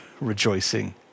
rejoicing